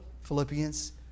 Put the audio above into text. Philippians